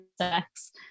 sex